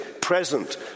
present